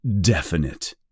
definite